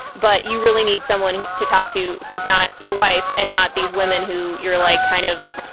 but you really need someone to talk to who is not your wife and not these women who you're like kind of,